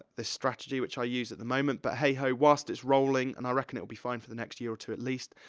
this strategy which i use at the moment, but, hey ho, whilst it's rolling, and i reckon it'll be fine for the next year or two, at least,